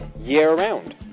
year-round